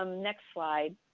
um next slide.